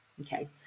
Okay